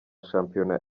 shampiyona